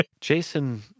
jason